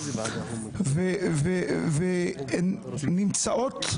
הן נמצאות,